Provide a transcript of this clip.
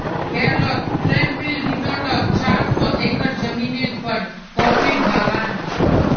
केरलत ट्रैंक्विल रिज़ॉर्टत चार सौ एकड़ ज़मीनेर पर कॉफीर बागान छ